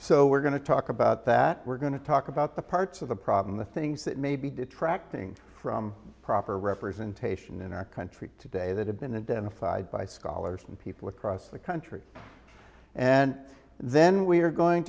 so we're going to talk about that we're going to talk about the parts of the problem the things that may be detracting from proper representation in our country today that have been a dental side by scholars and people across the country and then we're going